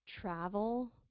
travel